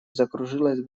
закружилась